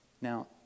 Now